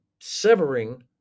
severing